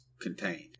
contained